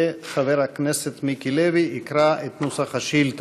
וחבר הכנסת מיקי לוי יקרא את נוסח השאילתה.